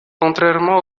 contrairement